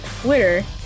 Twitter